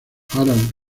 harald